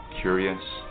curious